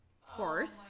horse